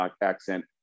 accent